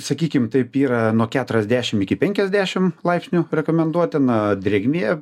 sakykim taip yra nuo keturiasdešim iki penkiasdešim laipsnių rekomenduotina drėgmė